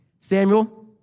Samuel